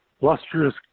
lustrous